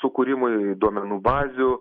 sukūrimui duomenų bazių